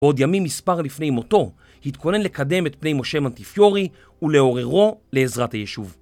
עוד ימים מספר לפני מותו התכונן לקדם את פני משה מונטיפיורי ולעוררו לעזרת הישוב.